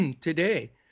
today